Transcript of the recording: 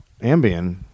Ambien